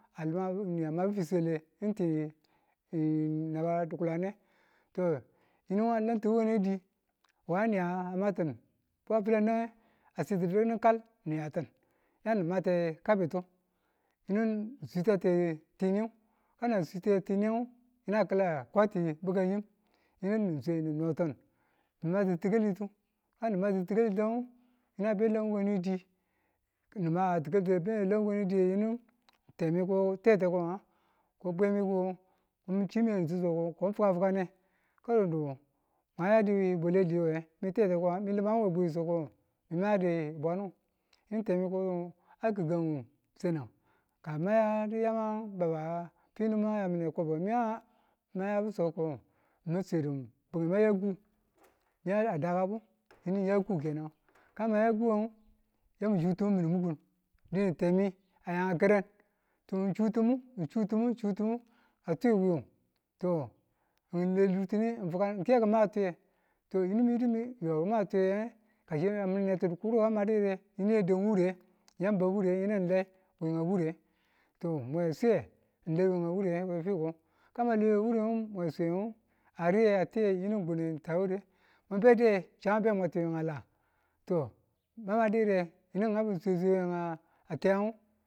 A li̱mabu ni amabu fiswe le ng ti naba di̱kulane to yinu alantu wukanedi wukani a matin wa filan nange a siti di̱kindu kal niyatin yani mate kabitu yinu ni switate tiniyu kan ngu switate tinu yinu a kila ko a ti̱ bwake yim yinu ni swe ni noti̱n ni ma ti ti̱kalitu, ka nima ti ti̱kalitung, yinu a be a a lan wukane di yinu temi kotete ko nga ko bwemi ko ngo ko chi mayenitu so ko ngo ko fa fafubane kanodu mwa yadi bwale diyung? mi tete ko me limang we bwiyu so ko ngo ka bwanu yinu temi ko a gi̱gan sanang ka mayadu yama baba finu mwa ya mune kwabo mi nganga mayabu so ko ngo ma swadu bunge ma ya ku a dakabu yinu ng ya ku kenan, ka ma yakung, yami̱ su tumu mi̱ni munkun dine temi aya a karan to ng suti̱mu ng sutịmu ng suti̱mu a twiw bwiyu to ng le dur tinu ng fukan ng ke yakama twiye yinu to miyidumi yoki ma twiye mina neti dikuruwe ma madu yire yinu dang wure yan bau wure yani ng le wenga wure to mwe swiye n lai wenga wure we fiko kan man lai wuren ngu mwe swi a riye a tiye yinu min kune n taware, min bediye chan abe mwatiya a la to mamadi yire to yinu mi ngau mi sweswe wenga tiyan ngu